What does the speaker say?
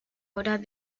horas